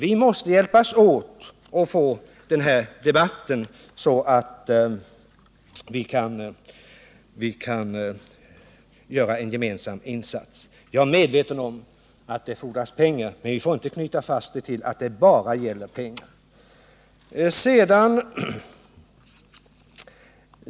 Vi måste hjälpas åt att föra den här debatten, så att vi kan göra en gemensam insats. Jag är medveten om att det fordras pengar, men vi får inte knyta fast resonemanget till att det bara är fråga om pengar.